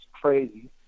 crazy